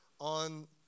on